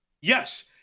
Yes